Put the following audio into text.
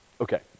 Okay